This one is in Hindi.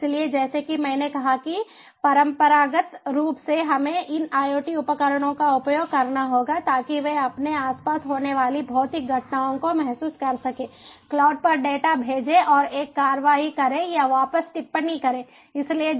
इसलिए जैसा कि मैंने कहा कि परंपरागत रूप से हमें इन IoT उपकरणों का उपयोग करना होगा ताकि वे अपने आसपास होने वाली भौतिक घटनाओं को महसूस कर सकें क्लाउड पर डेटा भेजें और एक कार्रवाई करें या वापस टिप्पणी करें